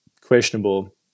questionable